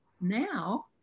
now